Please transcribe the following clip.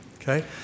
Okay